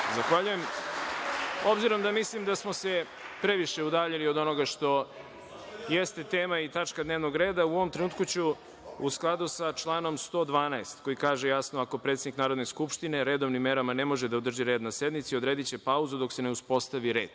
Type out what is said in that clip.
Zahvaljujem. Obzirom da mislim da smo se previše udaljili od onoga što jeste tema i tačka dnevnog reda, u ovom trenutku ću, u skladu sa članom 112, koji kaže jasno – ako predsednik Narodne skupštine redovnim merama ne može da održi red na sednici, odrediće pauzu dok se ne uspostavi red,